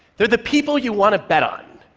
they're the people you want to bet on.